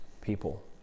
people